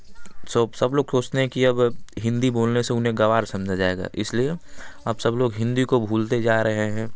सब सब लोग सोचते हैं कि अब हिंदी बोलने से उन्हें गँवार समझा जाएगा इसलिए अब सब लोग हिंदी को भूलते जा रहे हैं